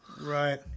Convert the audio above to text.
right